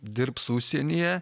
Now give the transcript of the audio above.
dirbs užsienyje